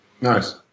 Nice